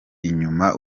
inyuma